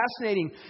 fascinating